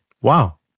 Wow